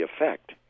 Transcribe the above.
effect